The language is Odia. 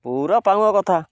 ପୁରା କଥା